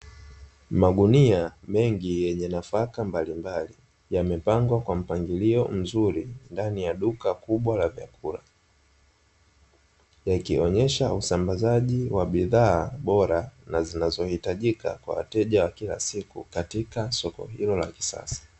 Magunia mengi yenye nafaka mbalimbali, yamepangwa kwa mpangilio mzuri ndani ya duka kubwa la vyakula, yakionyesha usambazaji wa bidhaa bora na zinazohitajika kwa wateja wa kila siku katika soko hilo la kisasa.